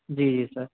جی جی سر